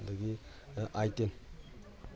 ꯑꯗꯒꯤ ꯑꯥꯏ ꯇꯦꯟ